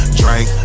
drink